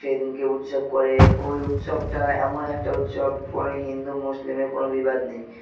সেই দিনকে উৎসব করে ওই উৎসবটা এমন একটা উৎসব কোনো হিন্দু মুসলিমের কোনো বিবাদ নেই